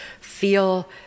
feel